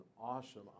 awesome